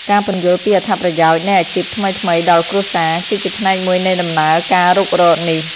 ការពន្យល់ពីអត្ថប្រយោជន៍នៃអាជីពថ្មីៗដល់គ្រួសារ គឺជាផ្នែកមួយនៃដំណើរការរុករកនេះ។